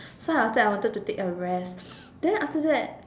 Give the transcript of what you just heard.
so after that I wanted to take a rest then after that